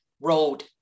road